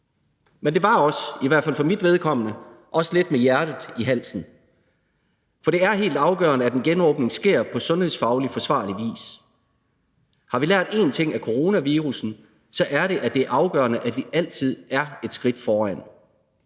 Men det var også, i hvert fald for mit eget vedkommende, lidt med hjertet i halsen, for det er helt afgørende, at en genåbning sker på sundhedsfagligt forsvarlig vis. Har vi lært én ting af coronavirussen, er det, at det er afgørende, at vi altid er et skridt foran.